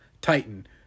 titan